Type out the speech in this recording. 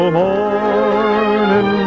morning